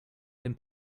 den